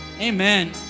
amen